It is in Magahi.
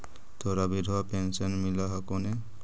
तोहरा विधवा पेन्शन मिलहको ने?